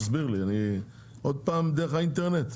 תסביר לי, עוד פעם דרך האינטרנט?